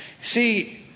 See